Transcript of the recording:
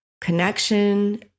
connection